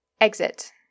Exit